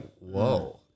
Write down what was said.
whoa